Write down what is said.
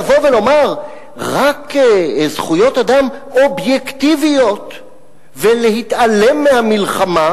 לבוא ולומר רק זכויות אדם אובייקטיביות ולהתעלם מהמלחמה,